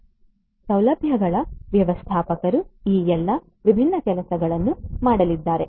ಆದ್ದರಿಂದ ಸೌಲಭ್ಯಗಳ ವ್ಯವಸ್ಥಾಪಕರು ಈ ಎಲ್ಲಾ ವಿಭಿನ್ನ ಕೆಲಸಗಳನ್ನು ಮಾಡಲಿದ್ದಾರೆ